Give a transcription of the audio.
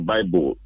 Bible